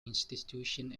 institutions